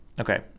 Okay